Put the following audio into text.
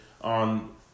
on